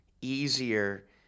easier